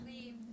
Leave